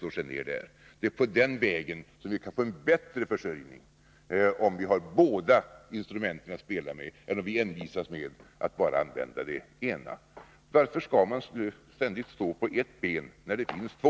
Det är den vägen, om vi spelar med båda instrumenten i stället för att envisas med att bara använda det ena, som vi kan få en bättre försörjning. Varför skall man ständigt stå på ett ben, när det finns två?